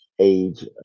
age